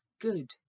good